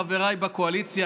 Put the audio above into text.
חבריי בקואליציה,